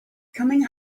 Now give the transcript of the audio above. coming